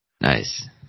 Nice